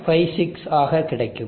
56 ஆக கிடைக்கும்